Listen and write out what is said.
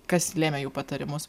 kas lėmė jų patarimus